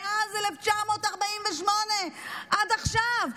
מאז 1948 עד עכשיו,